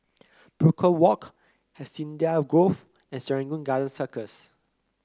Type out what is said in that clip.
Brook Walk Hacienda Grove and Serangoon Garden Circus